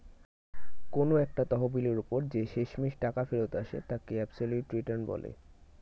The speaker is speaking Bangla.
কোন একটা তহবিলের ওপর যে শেষমেষ টাকা ফেরত আসে তাকে অ্যাবসলিউট রিটার্ন বলে